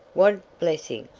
what blessing!